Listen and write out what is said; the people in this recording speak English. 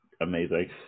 Amazing